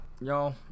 y'all